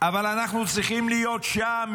אבל אנחנו צריכים להיות שם,